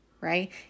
right